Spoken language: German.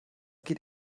geht